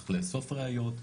צריך לאסוף ראיות,